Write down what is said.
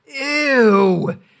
ew